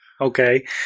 Okay